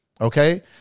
okay